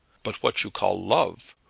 but what you call love,